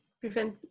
prevent